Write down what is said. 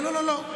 לא לא לא לא.